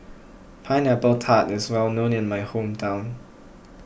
Pineapple Tart is well known in my hometown